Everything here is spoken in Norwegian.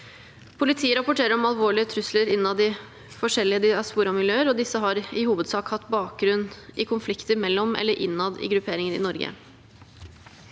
Politiet rapporterer om alvorlige trusler innad i forskjellige diasporamiljøer. Disse har i hovedsak hatt bakgrunn i konflikter mellom eller innad i grupperinger i Norge.